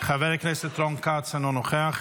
חבר הכנסת רון כץ, אינו נוכח.